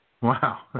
Wow